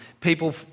people